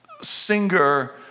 singer